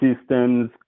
systems